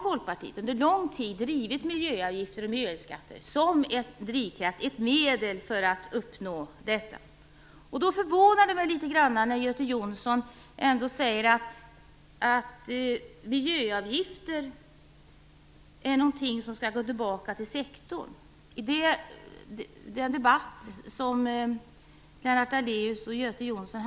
Folkpartiet har under lång tid drivit miljöavgifter och miljöskatter som ett medel för att uppnå detta. Då förvånar det mig litet grand när Göte Jonsson, i den debatt som Lennart Daléus och Göte Jonsson hade, ändå säger att miljöavgifter skall gå tillbaka till sektorn.